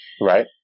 Right